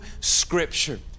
scripture